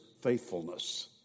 faithfulness